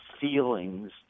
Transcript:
feelings